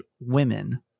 women